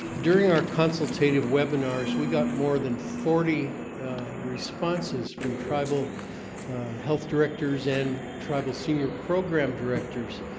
during our consultative webinars, we got more than forty responses from tribal health directors and tribal senior program directors.